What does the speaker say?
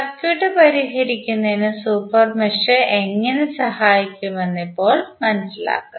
circuit പരിഹരിക്കുന്നതിന് super mesh എങ്ങനെ സഹായിക്കുമെന്ന് ഇപ്പോൾ മനസിലാക്കാം